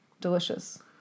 Delicious